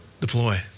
deploy